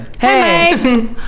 Hey